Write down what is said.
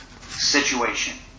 situation